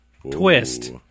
Twist